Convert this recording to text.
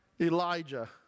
Elijah